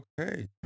Okay